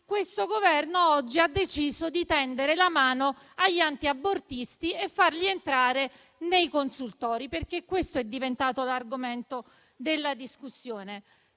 questo Governo oggi ha deciso di tendere la mano agli antiabortisti e farli entrare nei consultori, perché questo è diventato l'argomento della discussione.